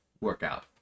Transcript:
workout